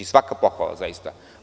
Svaka pohvala za nju.